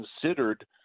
considered